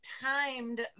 timed